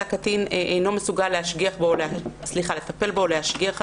הקטין אינו מסוגל לטפל בו או להשגיח עליו,